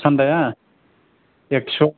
सानदाया एखस'